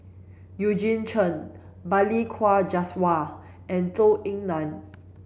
Eugene Chen Balli Kaur Jaswal and Zhou Ying Nan